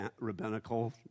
rabbinical